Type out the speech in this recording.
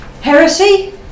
Heresy